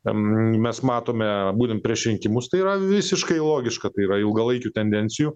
mes matome būtent prieš rinkimus tai yra visiškai logiška tai yra ilgalaikių tendencijų